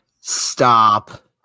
Stop